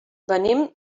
venim